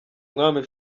umwami